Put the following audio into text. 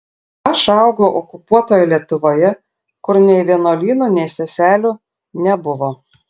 aš augau okupuotoje lietuvoje kur nei vienuolynų nei seselių nebuvo